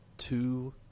Two